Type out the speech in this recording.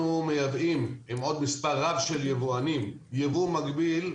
אנחנו מייבאים עם עוד מספר רב של יבואנים יבוא מקביל.